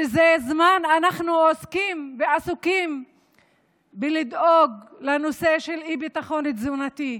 שזה זמן שבו אנחנו עוסקים ועסוקים בדאגה לנושא של אי-ביטחון תזונתי.